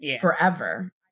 forever